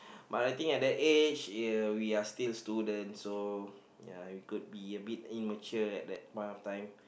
but I think at that age uh we are still student so ya it could be a bit immature that point of time